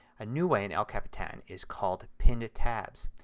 a new way, in el capitan, is called pinned tabs.